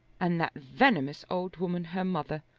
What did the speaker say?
and that venomous old woman her mother,